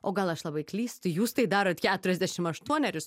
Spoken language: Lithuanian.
o gal aš labai klystu jūs tai darot keturiasdešim aštuonerius